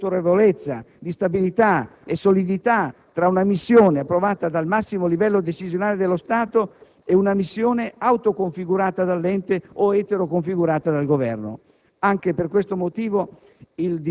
Francamente c'è una bella differenza di autorevolezza, di stabilità e solidità tra una "missione" approvata dal massimo livello decisionale dello Stato e una "missione" autoconfìgurata dall'ente o eteroconfìgurata dal Governo.